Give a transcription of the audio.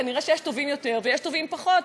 כנראה יש טובים יותר ויש טובים פחות,